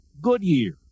Goodyear